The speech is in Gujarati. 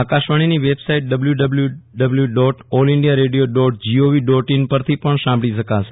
આકાશવાણીની website W W W dot All India Radio dot G O V dot in પરથી પણ સાંભળી શકાશે